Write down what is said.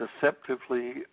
deceptively